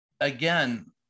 again